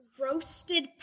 roasted